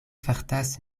fartas